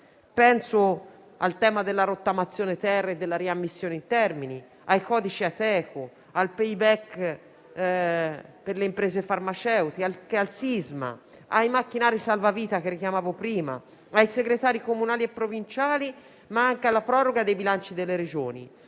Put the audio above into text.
Penso al tema della rottamazione-*ter* e alla questione della riammissione in termini, ai codici Ateco, al *payback* per le imprese farmaceutiche, al sisma, ai macchinari salvavita che richiamavo prima, ai segretari comunali e provinciali come anche alla proroga dei bilanci delle Regioni.